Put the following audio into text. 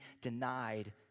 denied